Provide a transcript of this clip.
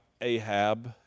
Ahab